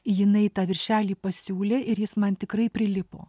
jinai tą viršelį pasiūlė ir jis man tikrai prilipo